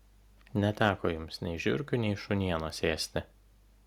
neteko jums nei žiurkių nei šunienos ėsti